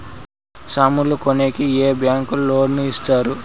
సామాన్లు కొనేకి ఏ బ్యాంకులు లోను ఇస్తారు?